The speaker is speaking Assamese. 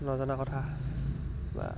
নজনা কথা বা